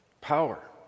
power